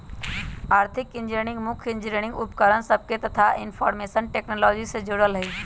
आर्थिक इंजीनियरिंग मुख्य इंजीनियरिंग उपकरण सभके कथा इनफार्मेशन टेक्नोलॉजी से जोड़ल हइ